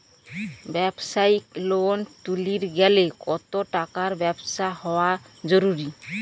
ব্যবসায়িক লোন তুলির গেলে কতো টাকার ব্যবসা হওয়া জরুরি?